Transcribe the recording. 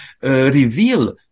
reveal